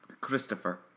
Christopher